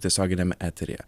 tiesioginiam eteryje